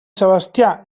sebastià